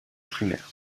primaire